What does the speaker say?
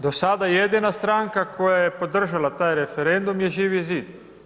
Do sada jedina stranka koja je podržala taj referendum je Živi zid.